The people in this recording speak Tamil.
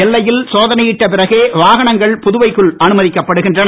எல்லையில் சோதனையிட்ட பிறகே வாகனங்கள் புதுவைக்குள் அனுமதிக்கப்படுகின்றன